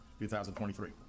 2023